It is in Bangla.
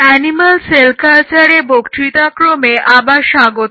অ্যানিমেল সেল কালচারের বক্তৃতাক্রমে আবার স্বাগত